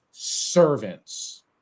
servants